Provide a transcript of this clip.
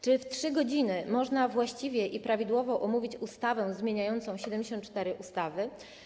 Czy w 3 godziny można właściwie i prawidłowo omówić ustawę zmieniającą 74 ustawy?